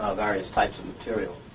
various types of material.